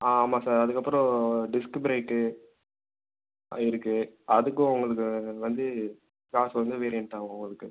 ஆ ஆமாம் சார் அதுக்கப்பறம் disc brake இருக்கு அதுக்கும் உங்களுக்கு வந்து காஸ்ட் வந்து வேரியண்ட் ஆகும் உங்களுக்கு